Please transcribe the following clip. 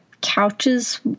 couches